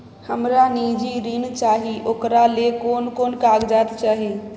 हमरा निजी ऋण चाही ओकरा ले कोन कोन कागजात चाही?